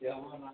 ଇଏ ହେବନା